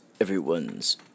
everyone's